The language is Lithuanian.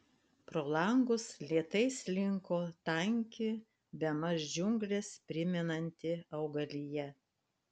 pro langus lėtai slinko tanki bemaž džiungles primenanti augalija